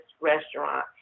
restaurant